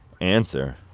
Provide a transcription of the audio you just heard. answer